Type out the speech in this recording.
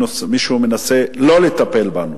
מישהו מנסה לא לטפל בנו.